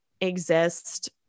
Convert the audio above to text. exist